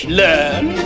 learn